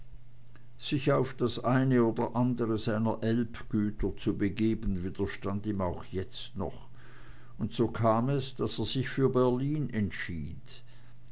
sich auf das eine oder andre seiner elbgüter zu begeben widerstand ihm auch jetzt noch und so kam es daß er sich für berlin entschied